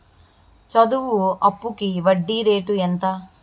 చదువు అప్పుకి వడ్డీ రేటు ఎంత?